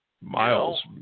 miles